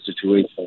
situation